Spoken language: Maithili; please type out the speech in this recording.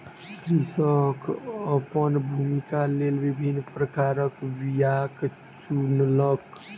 कृषक अपन भूमिक लेल विभिन्न प्रकारक बीयाक चुनलक